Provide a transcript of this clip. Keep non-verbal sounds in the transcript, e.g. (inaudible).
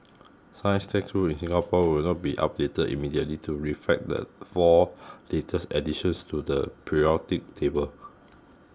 science textbooks in Singapore will not be updated immediately to reflect the four (noise) latest additions to the periodic table